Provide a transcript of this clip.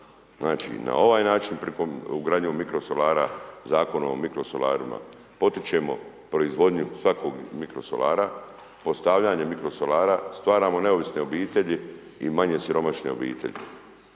na ovaj način, ugradnjom mikro solara, Zakonom o mikrosalarima potičemo proizvodnju svakog mikro solara, postavljanjem mikro solara stvaramo neovisne obitelji i manje siromašne obitelji.